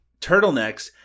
turtlenecks